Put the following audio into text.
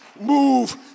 move